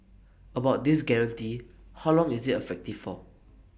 about this guarantee how long is IT effective for